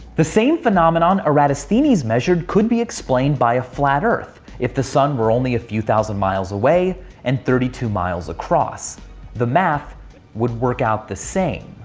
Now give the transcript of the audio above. the same phenomenon eratosthenes measured could be explained by a flat earth, if the sun were only few thousand miles away and thirty two miles across the math would work out the same.